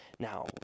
Now